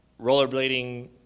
rollerblading